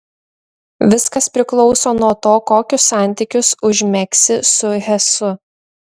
viskas priklauso nuo to kokius santykius užmegsi su hesu